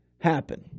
happen